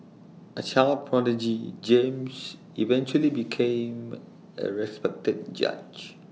A child prodigy James eventually became A respected judge